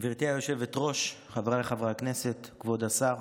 גברתי היושבת-ראש, חבריי חברי הכנסת, כבוד השר,